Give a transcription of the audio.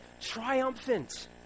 triumphant